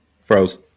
froze